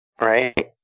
Right